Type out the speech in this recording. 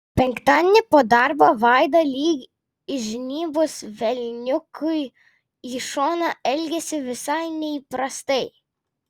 penktadienį po darbo vaida lyg įžnybus velniukui į šoną elgėsi visai neįprastai